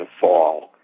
fall